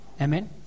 Amen